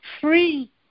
free